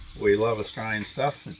we love australian stuff.